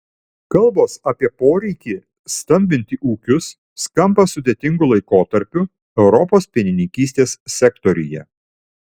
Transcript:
kalbos apie poreikį stambinti ūkius skamba sudėtingu laikotarpiu europos pienininkystės sektoriuje